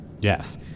yes